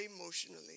emotionally